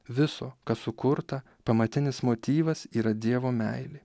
viso kas sukurta pamatinis motyvas yra dievo meilė